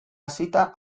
hasita